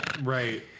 Right